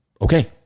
Okay